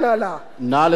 בבקשה.